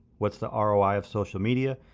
what's the um roi of social media?